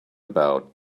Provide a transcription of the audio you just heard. about